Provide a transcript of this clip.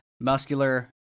Muscular